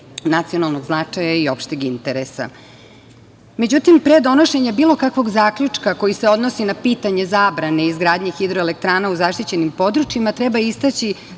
nacionalnog značaja i opšteg interesa.Međutim, pre donošenja bilo kakvog zaključka koji se odnosi na pitanje zabrane izgradnje hidroelektrana u zaštićenim područjima treba istaći